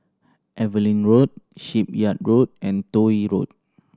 Evelyn Road Shipyard Road and Toh Yi Road